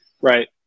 Right